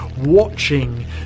watching